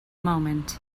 moment